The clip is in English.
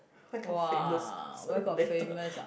where got famous person related